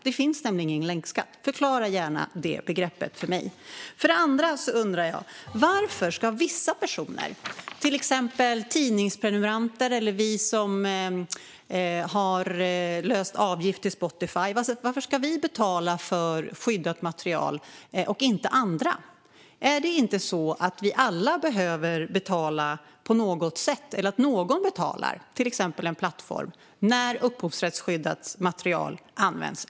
Det finns nämligen ingen länkskatt. Förklara gärna detta begrepp för mig. Jag undrar också varför vissa personer, till exempel tidningsprenumeranter eller vi som har löst avgift till Spotify, ska betala för skyddat material men inte andra. Är det inte så att vi alla behöver betala på något sätt, eller att någon betalar - till exempel en plattform - när upphovsrättsskyddat material används?